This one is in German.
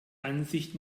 ansicht